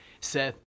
Seth